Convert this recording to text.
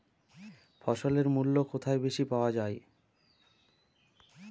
ফসলের মূল্য কোথায় বেশি পাওয়া যায়?